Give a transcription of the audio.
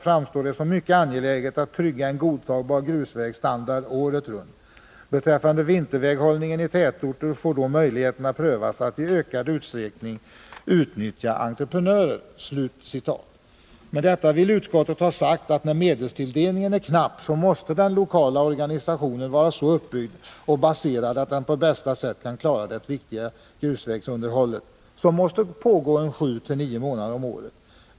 framstår det som mycket angeläget att trygga en godtagbar grusvägsstandard året runt. Beträffande vinterväg Nr 51 hållningen i tätorter får då möjligheterna prövas att i ökad utsträckning utnyttja entreprenörer.” Med detta vill utskottet ha sagt att när medelstilldelningen är knapp, så måste den lokala organisationen vara så uppbyggd och baserad att den på bästa sätt kan klara det viktiga grusvägsunderhållet, som måste pågå sju till nio månader om året.